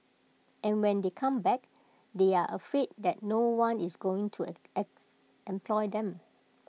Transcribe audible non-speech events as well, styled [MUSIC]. and when they come back they are afraid that no one is going to [UNINTELLIGIBLE] employ them